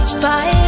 fight